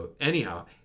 anyhow